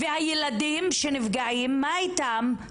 והילדים שנפגעים, מה איתם?